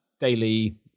daily